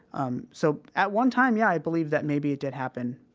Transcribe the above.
um, so at one time, yeah, i believe that maybe it did happen,